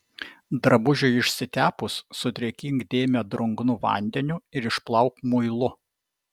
drabužiui išsitepus sudrėkink dėmę drungnu vandeniu ir išplauk muilu